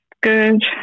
good